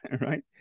right